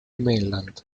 mainland